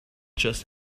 chess